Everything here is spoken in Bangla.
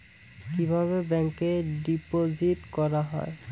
কিভাবে ব্যাংকে ডিপোজিট করা হয়?